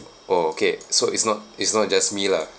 orh okay so it's not it's not just me lah